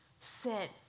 sit